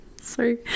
Sorry